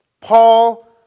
Paul